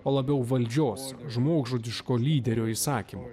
o labiau valdžios žmogžudiško lyderio įsakymu